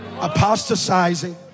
apostatizing